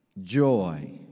joy